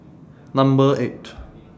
Number eight